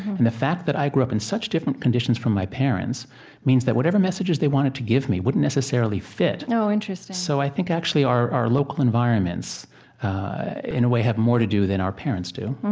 and the fact that i grew up in such different conditions from my parents means that whatever messages they wanted to give me wouldn't necessarily fit oh, interesting so, i think actually our our local environments in a way have more to do than our parents do